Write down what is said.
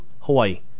Hawaii